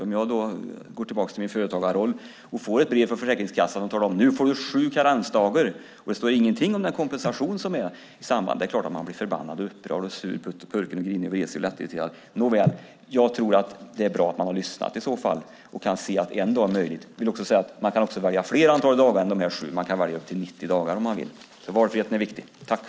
Om jag går tillbaka till min företagarroll och får ett brev från Försäkringskassan som talar om att jag nu får sju karensdagar men där det inte står någonting om den kompensation som är i samband med detta är det klart att man blir förbannad, upprörd, sur, putt, purken, grinig, vresig och lättirriterad. Nåväl: Jag tror att det är bra att man har lyssnat i så fall. Jag ska också säga att man kan välja fler dagar än dessa sju. Man kan välja upp till 90 dagar om man vill. Valfriheten är alltså viktig.